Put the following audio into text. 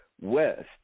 west